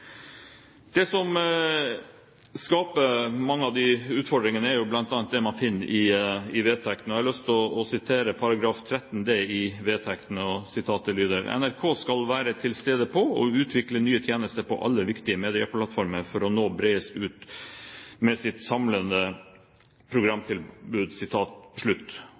Det som skaper mange av disse utfordringene, er bl.a. det man finner i vedtektene, og jeg har lyst til å sitere § 13d derfra. Sitatet lyder: «NRK skal være til stede på, og utvikle nye tjenester på alle viktige medieplattformer for å nå bredest ut med sitt samlede programtilbud.»